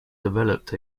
developed